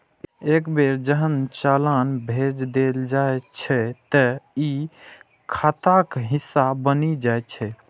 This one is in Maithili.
एक बेर जहन चालान भेज देल जाइ छै, ते ई खाताक हिस्सा बनि जाइ छै